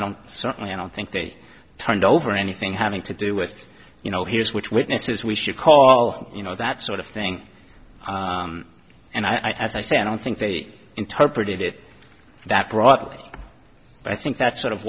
don't certainly i don't think they turned over anything having to do with you know here's which witnesses we should call you know that sort of thing and i said i don't think they interpreted it that broadly i think that's sort of